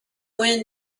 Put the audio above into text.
wind